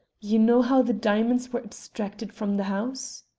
you know how the diamonds were abstracted from the house?